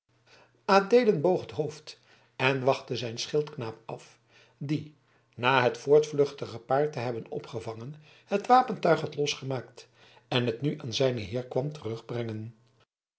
boog het hoofd en wachtte zijn schildknaap af die na het voortvluchtige paard te hebben opgevangen het wapentuig had losgemaakt en het nu aan zijn heer kwam terugbrengen